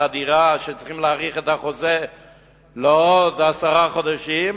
הדירה שצריכים להאריך את החוזה עליה לעוד עשרה חודשים,